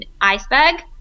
iceberg